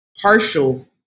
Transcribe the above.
partial